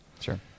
Sure